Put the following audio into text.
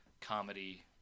comedy